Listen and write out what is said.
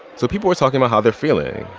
so people were talking about how they're feeling,